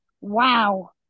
wow